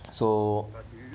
so